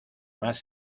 más